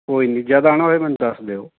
ਕੋਈ ਨਹੀਂ ਜਦ ਆਉਣਾ ਹੋਇਆ ਮੈਨੂੰ ਦੱਸ ਦਿਓ